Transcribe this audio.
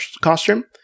costume